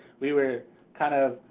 we were kind of, of,